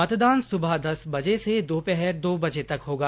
मतदान सुबह दस बजे से दोपहर दो बजे तक होगा